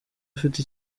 ufite